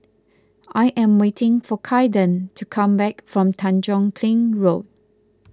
I am waiting for Kaiden to come back from Tanjong Kling Road